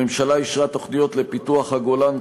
הממשלה אישרה תוכניות לפיתוח הגולן,